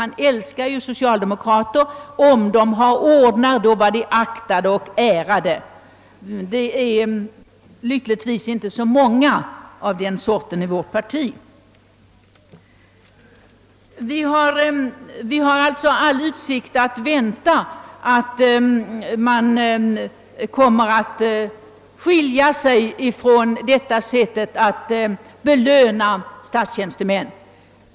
Han älskar ju socialdemokrater, om de tar emot ordnar; då är de aktåde och ärade. Men det är gudskelov inte så många som gör det i vårt parti. Vi har alltså all anledning att vänta att man kommer att upphöra med detta sätt att belöna statstjänstemän.